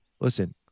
Listen